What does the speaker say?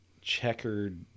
checkered